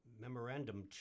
memorandum